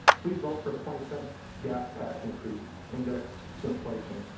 please vote for twenty sent gas tax increase indexed to inflation.